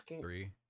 Three